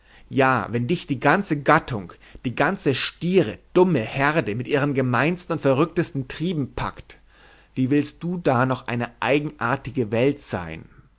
ja wenn dich die ganze gattung die ganze stiere dumme herde mit ihrem gemeinsten und verrücktesten triebe packt wie willst du da noch eine eigenartige welt sein